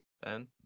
Ben